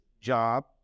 job